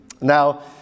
Now